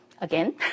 Again